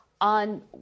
on